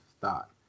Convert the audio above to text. thought